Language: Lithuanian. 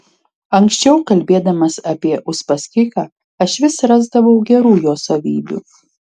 anksčiau kalbėdamas apie uspaskichą aš vis rasdavau gerų jo savybių